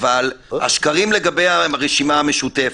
אבל השקרים הם לגבי הרשימה המשותפת.